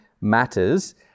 matters